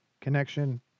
connection